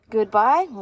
Goodbye